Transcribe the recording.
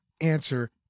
answer